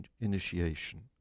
initiation